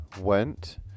went